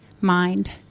mind